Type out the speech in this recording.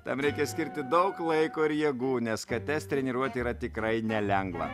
tam reikia skirti daug laiko ir jėgų nes kates treniruoti yra tikrai nelengva